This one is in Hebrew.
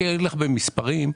במספרים,